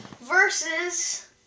Versus